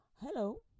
Hello